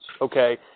okay